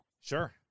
sure